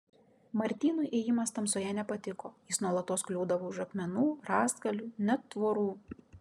martynui ėjimas tamsoje nepatiko jis nuolatos kliūdavo už akmenų rąstigalių net tvorų